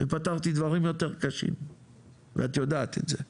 ופתרתי דברים יתר קשים ואת יודעת את זה.